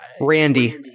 Randy